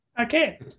Okay